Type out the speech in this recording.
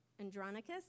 Andronicus